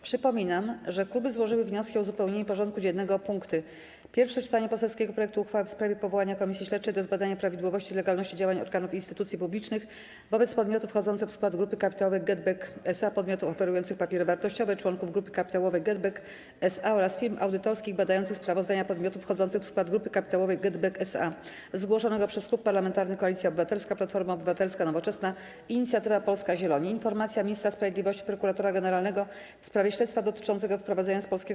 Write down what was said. Przypominam, że kluby złożyły wnioski o uzupełnienie porządku dziennego o punkty: - Pierwsze czytanie poselskiego projektu uchwały w sprawie powołania Komisji Śledczej do zbadania prawidłowości i legalności działań organów i instytucji publicznych wobec podmiotów wchodzących w skład Grupy Kapitałowej GetBack S.A., podmiotów oferujących papiery wartościowe członków Grupy Kapitałowej GetBack S.A. oraz firm audytorskich badających sprawozdania podmiotów wchodzących w skład Grupy Kapitałowej GetBack S.A. - zgłoszony przez Klub Parlamentarny Koalicja Obywatelska - Platforma Obywatelska, Nowoczesna, Inicjatywa Polska, Zieloni; - Ministra Sprawiedliwości, Prokuratora Generalnego w sprawie śledztwa dotyczącego wyprowadzenia z Polskiego